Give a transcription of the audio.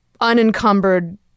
unencumbered